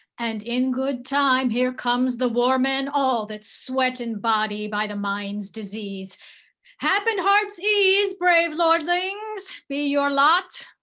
and in good time here come the war-men all that sweat in body by the mind's disease hap and heart's-ease brave lordings be your lot.